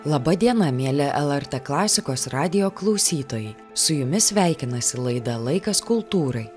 laba diena mieli lrt klasikos radijo klausytojai su jumis sveikinasi laida laikas kultūrai